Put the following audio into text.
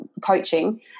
coaching